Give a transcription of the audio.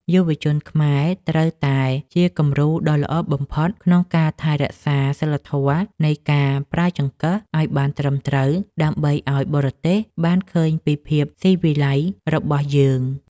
យុវជនខ្មែរត្រូវតែជាគំរូដ៏ល្អបំផុតក្នុងការថែរក្សាសីលធម៌នៃការប្រើចង្កឹះឱ្យបានត្រឹមត្រូវដើម្បីឱ្យបរទេសបានឃើញពីភាពស៊ីវិល័យរបស់យើង។